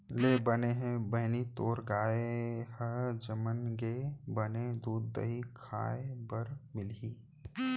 ले बने हे बहिनी तोर गाय ह जनम गे, बने दूद, दही खाय बर मिलही